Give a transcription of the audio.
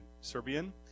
Serbian